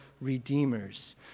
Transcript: Redeemers